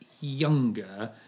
younger